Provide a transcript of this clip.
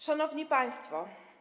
Szanowni Państwo!